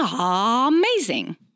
amazing